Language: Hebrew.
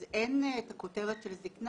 אז אין את הכותרת של זקנה,